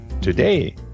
Today